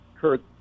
Kurt